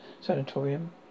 Sanatorium